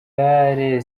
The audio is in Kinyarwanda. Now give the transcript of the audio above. salim